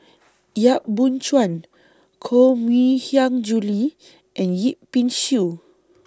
Yap Boon Chuan Koh Mui Hiang Julie and Yip Pin Xiu